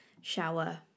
shower